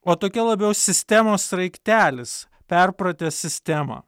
o tokia labiau sistemos sraigtelis perpratęs sistemą